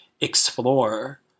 explore